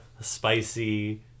spicy